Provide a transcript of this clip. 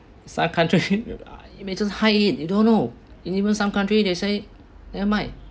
some countries it may just hide it you don't know even some country they say never mind